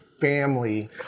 family